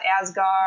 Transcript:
Asgard